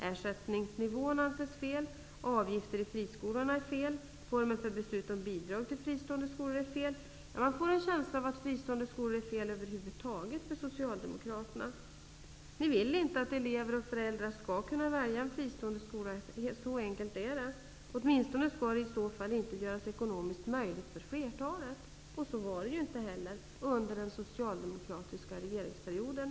Ersättningsnivån anses fel, avgifter i friskolorna är fel, formen för beslut om bidrag till fristående skolor är fel, ja, man får en känsla av att fristående skolor är fel över huvud taget för socialdemokraterna. Ni vill inte att elever och föräldrar skall kunna välja en fristående skola -- så enkelt är det. Åtminstone skall det i så fall inte göras ekonomiskt möjligt för flertalet. Det var det ju inte heller under den socialdemokratiska regeringsperioden.